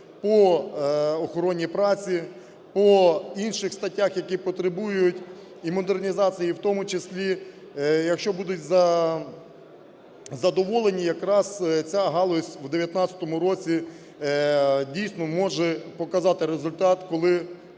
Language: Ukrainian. по охороні праці, по інших статтям, які потребують і модернізації, в тому числі, якщо будуть задоволені, якраз ця галузь буде у 2019 році, дійсно, може показати результат, коли